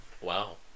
Wow